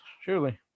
surely